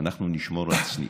אנחנו נשמור על צניעות.